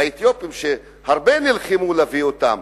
והאתיופים שנלחמו הרבה להביא אותם,